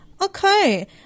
Okay